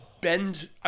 bend